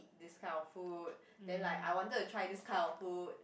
this kind of food then like I wanted to try this kind of food